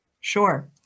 Sure